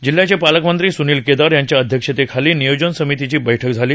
जिल्ह्याचे पालकमंत्री सुनील केदार यांच्या अध्यक्षतेखाली नियोजन समितीची पैठक झाली